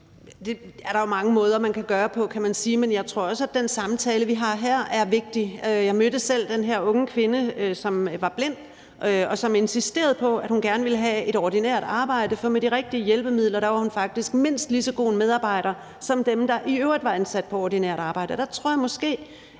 Det er der jo mange måder man kan gøre på, kan man sige. Men jeg tror også, at den samtale, vi har her, er vigtig. Jeg mødte selv den her unge kvinde, som var blind, og som insisterede på, at hun gerne vil have et ordinært arbejde. For med de rigtige hjælpemidler var hun faktisk mindst lige så god en medarbejder som dem, der i øvrigt var ansat i et ordinært arbejde. Jeg tror måske,